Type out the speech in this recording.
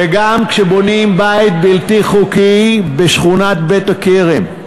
וגם כשבונים בית בלתי חוקי בשכונת בית-הכרם,